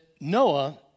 Noah